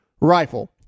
rifle